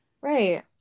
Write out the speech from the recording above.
Right